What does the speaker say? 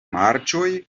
marĉoj